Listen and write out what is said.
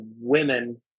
women